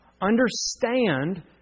Understand